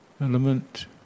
element